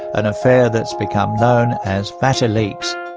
an affair that's become known as vatileaks.